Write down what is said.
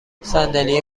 صندلی